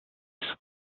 relax